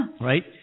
Right